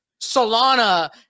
Solana